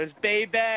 baby